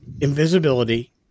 Invisibility